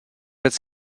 its